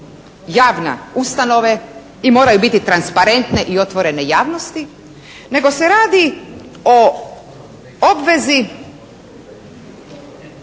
javne ustanove i moraju biti transparentne i otvorene javnosti, nego se radi o obvezi